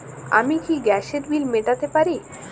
আমি কি গ্যাসের বিল মেটাতে পারি?